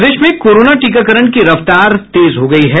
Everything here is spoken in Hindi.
प्रदेश में कोरोना टीकाकरण की रफ्तार तेज हो गयी है